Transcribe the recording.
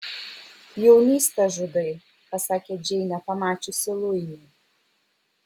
jaunystę žudai pasakė džeinė pamačiusi luinį